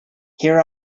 here